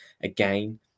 again